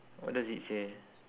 what does it say